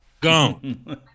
gone